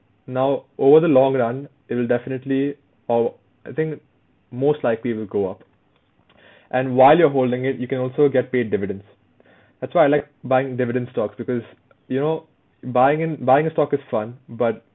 now over the long run it'll definitely or I think most likely will go up and while you're holding it you can also get paid dividends that's why I like buying dividend stocks because you know buying in buying a stock is fun but